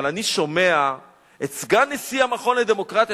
אבל אני שומע את סגן נשיא המכון לדמוקרטיה,